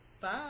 Bye